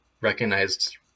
recognized